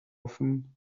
often